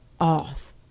off